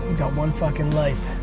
got one fuckin' life,